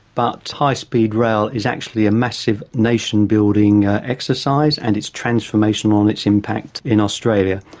but high speed rail is actually a massive nation-building exercise and it's transformational in its impact in australia.